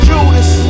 Judas